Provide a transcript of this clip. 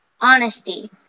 honesty